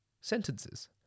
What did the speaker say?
sentences